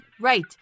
Right